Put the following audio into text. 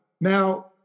Now